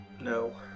No